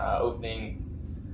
opening